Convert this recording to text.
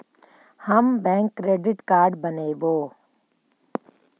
हम bank credit card बनैवो?